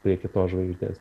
prie kitos žvaigždės